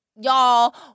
Y'all